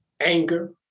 anger